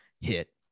hit